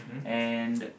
and